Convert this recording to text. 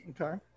Okay